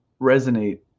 resonate